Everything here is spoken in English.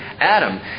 Adam